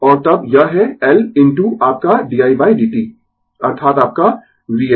और तब यह है L इनटू आपका di dt अर्थात आपका VL